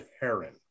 Heron